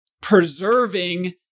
preserving